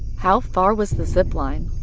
how far was the zipline?